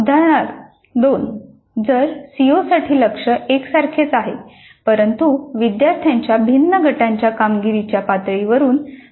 उदाहरण २ सर्व सीओसाठी लक्ष्य एकसारखेच आहेत परंतु विद्यार्थ्यांच्या भिन्न गटांच्या कामगिरीच्या पातळीनुसार ते निर्धारित केले आहेत